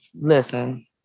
listen